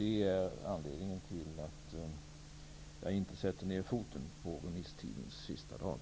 Det är anledningen till att jag inte sätter ned foten på remisstidens sista dag.